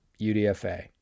UDFA